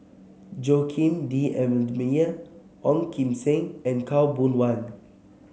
Joaquim D'Almeida Ong Kim Seng and Khaw Boon Wan